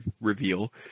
reveal